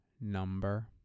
number